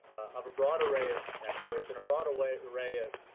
of a broad array of experts and a broad array array of